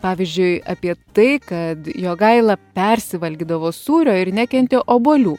pavyzdžiui apie tai kad jogaila persivalgydavo sūrio ir nekentė obuolių